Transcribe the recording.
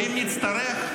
ואם נצטרך,